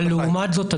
אבל לעומת זאת,